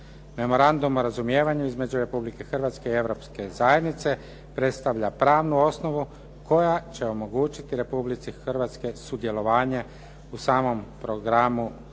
Memorandum o razumijevanju između Republike Hrvatske i Europske zajednice predstavlja pravnu osnovu koja će omogućiti Republici Hrvatskoj sudjelovanje u samom programu projekta